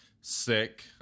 sick